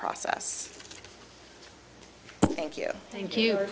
process thank you thank you